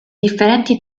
differenti